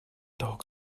dog